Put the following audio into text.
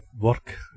work